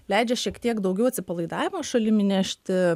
leidžia šiek tiek daugiau atsipalaidavimo šalim įnešti